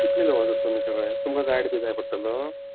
कितले लोक आसात तुमी सगळे तुमकां गायड बी जाय पडटलो